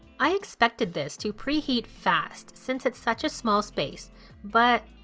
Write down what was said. i expected this to preheat fast since it's such a small space but.